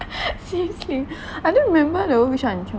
seriously I don't remember though which one which one